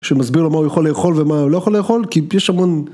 שמסביר על מה הוא יכול לאכול ומה הוא לא יכול לאכול כי יש המון